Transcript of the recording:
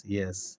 yes